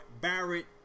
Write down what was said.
Barrett